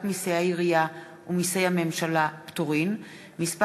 מסי העירייה ומסי הממשלה (פטורין) (מס'